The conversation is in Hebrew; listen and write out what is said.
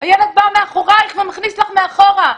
הילד בא מאחורייך ומכניס לך מאחורה.